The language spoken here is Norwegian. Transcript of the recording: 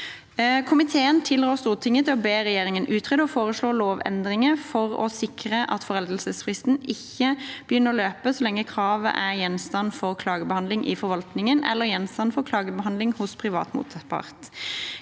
Komiteen tilrår Stortinget å be regjeringen utrede og foreslå lovendringer for å sikre at foreldelsesfristen ikke begynner å løpe så lenge kravet er gjenstand for klagebehandling i forvaltningen eller gjenstand for klagebehandling hos privat motpart.